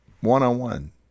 one-on-one